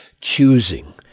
choosing